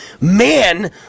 man